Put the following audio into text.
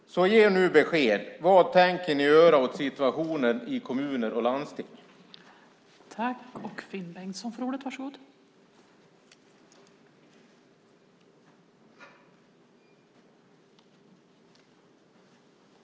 Vad tänker ni göra åt situationen i kommuner och landsting? Ge oss nu besked!